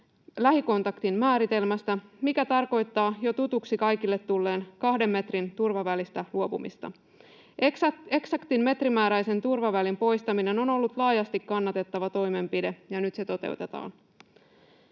lähikontaktin määritelmästä, mikä tarkoittaa kaikille jo tutuksi tulleesta 2 metrin turvavälistä luopumista. Eksaktin metrimääräisen turvavälin poistaminen on ollut laajasti kannatettava toimenpide, ja nyt se toteutetaan.